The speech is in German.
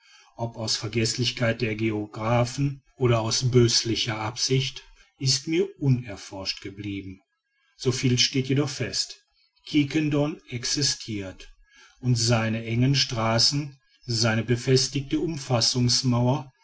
ob aus vergeßlichkeit der geographen oder aus böslicher absicht ist mir unerforscht geblieben so viel jedoch steht fest quiquendone existirt und seine engen straßen seine befestigte